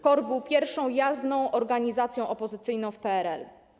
KOR był pierwszą jawną organizacją opozycyjną w PRL.